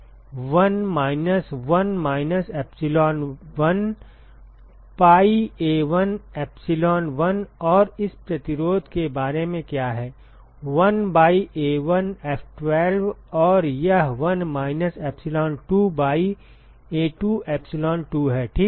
1 minus 1 minus epsilon1 pi A1 epsilon1 और इस प्रतिरोध के बारे में क्या है 1 by A1 F12 और यह 1 minus epsilon2 by A2 epsilon2 है ठीक